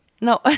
No